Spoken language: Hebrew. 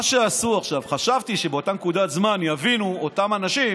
עכשיו, חשבתי שבאותה נקודת זמן יבינו אותם אנשים